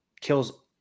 kills